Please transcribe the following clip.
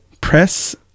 Press